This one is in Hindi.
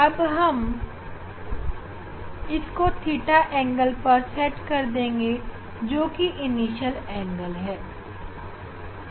अब हम इसको थीटा कोण सेट कर देंगे जोकि प्रारंभिक कोण है